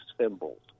symbols